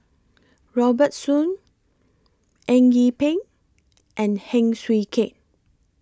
Robert Soon Eng Yee Peng and Heng Swee Keat